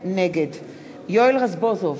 נגד יואל רזבוזוב,